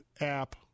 app